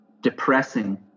depressing